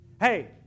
Hey